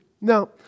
Now